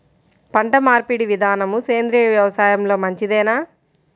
పంటమార్పిడి విధానము సేంద్రియ వ్యవసాయంలో మంచిదేనా?